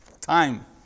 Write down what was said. time